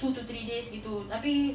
two to three days gitu tapi